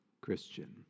Christian